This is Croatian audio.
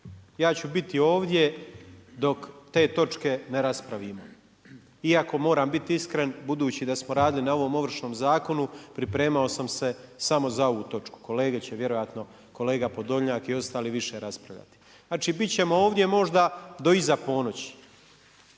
Ja ću biti ovdje dok te točke ne raspravimo. Iako moram biti iskren, budući da smo radili na ovom Ovršnom zakonu, pripremao sam se samo za ovu točku. Kolege će vjerojatno, kolega Podlnjak i ostali više raspravljati. Znači biti ćemo ovdje možda do iza ponoći.